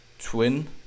twin